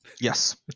Yes